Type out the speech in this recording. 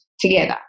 together